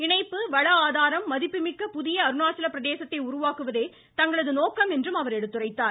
இணைப்பு வள ஆதாரம் மதிப்பு மிக்க புதிய அருணாச்சல பிரதேசத்தை உருவாக்குவதே தங்களது நோக்கம் என்றும் அவர் எடுத்துரைத்தார்